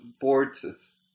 boards